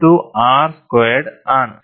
12 R squared ആണ്